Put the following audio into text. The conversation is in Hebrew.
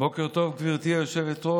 בוקר טוב, גברתי היושבת-ראש.